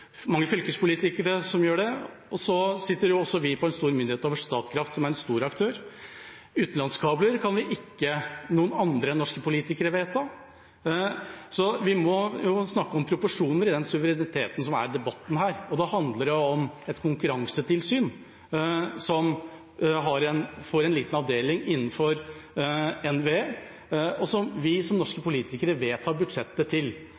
mange fylkespolitikere som gjør det. Vi sitter også på en stor myndighet, over Statkraft, som er en stor aktør. Utenlandskabler kan ingen andre enn norske politikere vedta. Så vi må snakke om proporsjonene i den suvereniteten som debatteres her. Det handler om et konkurransetilsyn som får en liten avdeling innenfor NVE, og som vi som norske